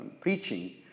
preaching